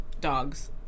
dogs